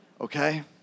Okay